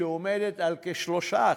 שעומדת על כ-3%.